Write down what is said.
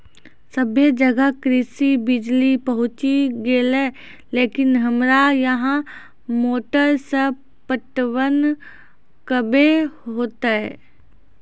सबे जगह कृषि बिज़ली पहुंची गेलै लेकिन हमरा यहाँ मोटर से पटवन कबे होतय?